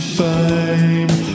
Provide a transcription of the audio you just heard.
fame